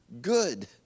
good